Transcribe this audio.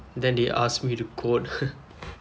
then they ask me to code